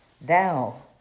Thou